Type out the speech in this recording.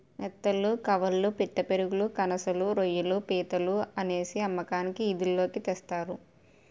నెత్తళ్లు కవాళ్ళు పిత్తపరిగెలు కనసలు రోయ్యిలు పీతలు అనేసి అమ్మకానికి ఈది లోకి తెస్తారు